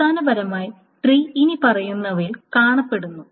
അടിസ്ഥാനപരമായി ട്രീ ഇനിപ്പറയുന്നവയിൽ കാണപ്പെടുന്നു